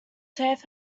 save